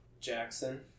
Jackson